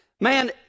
man